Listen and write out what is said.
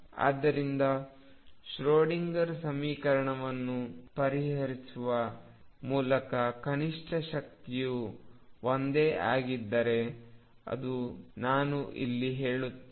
ಆದ್ದರಿಂದ ಶ್ರೊಡಿಂಗರ್ ಸಮೀಕರಣವನ್ನು ಪರಿಹರಿಸುವ ಮೂಲಕ ಕನಿಷ್ಠ ಶಕ್ತಿಯು ಒಂದೇ ಆಗಿದೆ ಎಂದು ನಾನು ಇಲ್ಲಿ ಹೇಳುತ್ತೇನೆ